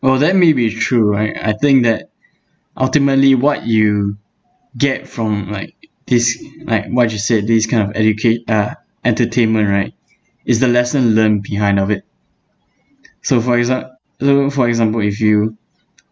well that may be true right I think that ultimately what you get from like this like what you said this kind of educate uh entertainment right is the lesson learned behind of it so for exa~ so for example if you